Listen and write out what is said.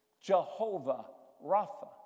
Jehovah-Rapha